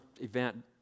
event